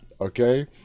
okay